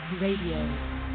Radio